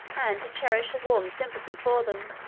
and to cherish a warm sympathy for them.